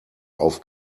auf